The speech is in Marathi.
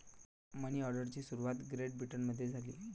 मनी ऑर्डरची सुरुवात ग्रेट ब्रिटनमध्ये झाली